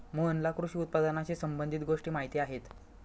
मोहनला कृषी उत्पादनाशी संबंधित गोष्टी माहीत आहेत